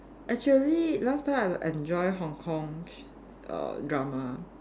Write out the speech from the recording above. actually last time I enjoy Hong-Kong err drama